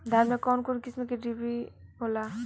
धान में कउन कउन किस्म के डिभी होला?